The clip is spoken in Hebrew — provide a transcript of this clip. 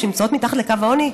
שנמצאות מתחת לקו העוני,